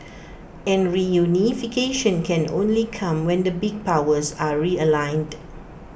and reunification can only come when the big powers are realigned